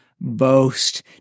boast